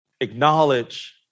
Acknowledge